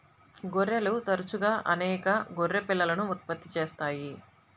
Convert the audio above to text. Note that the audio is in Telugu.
గొర్రెలు తరచుగా అనేక గొర్రె పిల్లలను ఉత్పత్తి చేస్తాయి